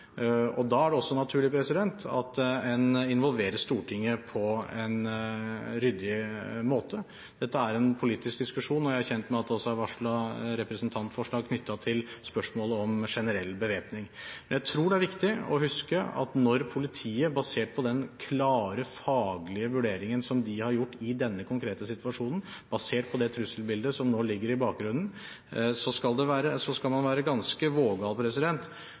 Da er det også naturlig at en involverer Stortinget på en ryddig måte. Dette er en politisk diskusjon, og jeg er kjent med at det også er varslet representantforslag knyttet til spørsmålet om generell bevæpning. Jeg tror det er viktig å huske at når det gjelder bevæpning av politiet, basert på den klare faglige vurderingen som de har gjort i denne konkrete situasjonen, basert på det trusselbildet som nå ligger i bakgrunnen, skal man være ganske vågal hvis man